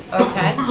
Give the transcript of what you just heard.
okay.